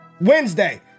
Wednesday